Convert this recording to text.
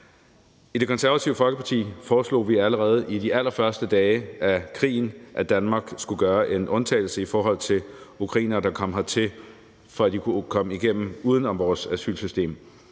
I Det Konservative Folkeparti foreslog vi allerede i de allerførste dage af krigen, at Danmark skulle gøre en undtagelse i forhold til ukrainere, der kom hertil, for at de kunne komme igennem uden om vores asylsystem.